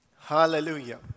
Hallelujah